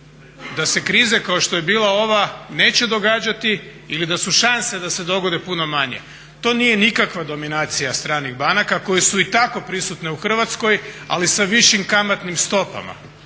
da se krize kao što je bila ova neće događati ili da su šanse da se dogodi puno manje. To nije nikakva dominacija stranih banaka koje su i tako prisutne u Hrvatskoj ali sa višim kamatnim stopama.